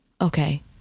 Okay